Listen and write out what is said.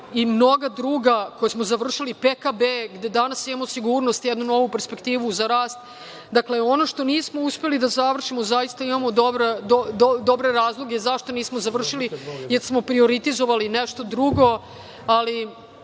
i mnoga druga gde danas imamo sigurnost i jednu novu perspektivu za rast. Ono što nismo uspeli da završimo, zaista imamo dobre razloge zašto nismo završili jer smo prioritizovali nešto drugo, ali